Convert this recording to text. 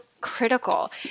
critical